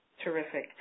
Terrific